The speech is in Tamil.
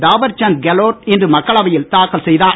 தாவர்சந்த் கெலோட் இன்று மக்களவையில் தாக்கல் செய்தார்